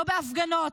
לא בהפגנות,